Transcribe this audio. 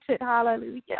Hallelujah